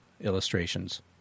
illustrations